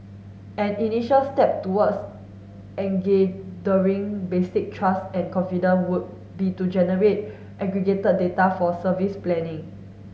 an initial step towards basic trust and confidence would be to generate aggregated data for service planning